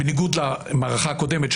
בניגוד למערכה הקודמת,